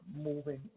moving